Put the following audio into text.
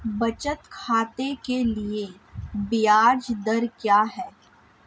बचत खाते के लिए ब्याज दर क्या है?